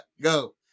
go